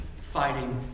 fighting